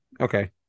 okay